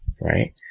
right